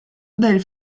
del